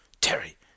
Terry